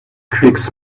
creaks